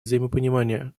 взаимопонимания